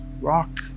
rock